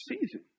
season